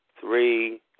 three